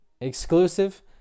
exclusive